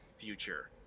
future